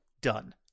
done